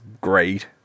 great